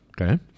Okay